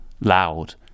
loud